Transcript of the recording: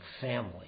family